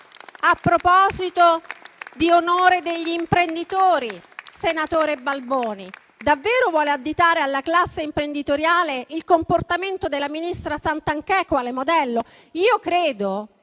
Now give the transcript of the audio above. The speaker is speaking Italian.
A proposito di onore degli imprenditori, senatore Balboni, davvero vuole additare alla classe imprenditoriale il comportamento della ministra Garnero Santanchè quale modello? Credo